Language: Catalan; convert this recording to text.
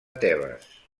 tebes